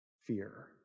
fear